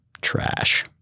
trash